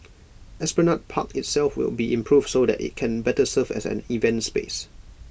esplanade park itself will be improved so that IT can better serve as an event space